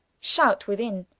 shout within,